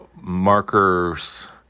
markers